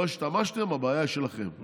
לא השתמשתם, הבעיה היא שלכם".